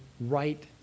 right